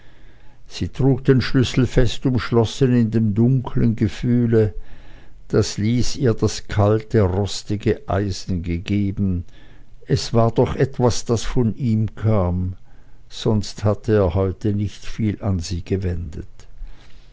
sie trug den schlüssel fest umschlossen in dem dunklen gefühle daß lys ihr das kalte rostige eisen gegeben es war doch etwas das von ihm kam sonst hatte er heute nicht viel an sie gewendet